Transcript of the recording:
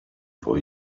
for